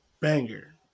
banger